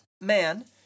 man